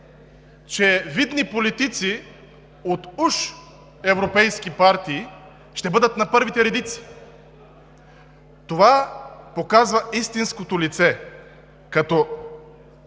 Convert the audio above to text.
че видни политици от уж европейски партии ще бъдат на първите редици. Това показва истинското лице, като